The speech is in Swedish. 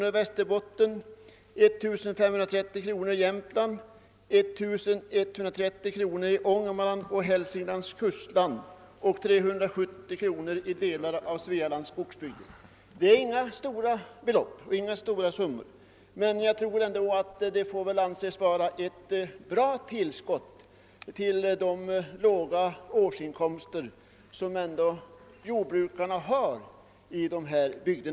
i Västerbotten — 1530 kr. i Jämtland — 1130 kr. i Ångermanlands och Hälsinglands kustland — och 370 kr. i delar av Svealands skogsbygder. Det är inte några stora summor, men det får väl ändå anses vara ett riätt bra tillskott till de låga årsinkomster, som jordbrukarna har i dessa bygder.